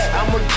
I'ma